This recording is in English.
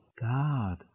God